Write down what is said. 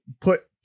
put